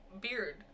beard